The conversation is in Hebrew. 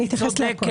אני אתייחס לכול.